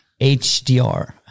HDR